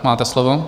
Máte slovo.